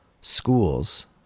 schools